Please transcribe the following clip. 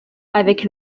avec